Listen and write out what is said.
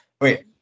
Wait